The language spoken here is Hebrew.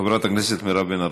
חברת הכנסת מירב בן ארי.